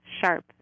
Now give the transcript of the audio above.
sharp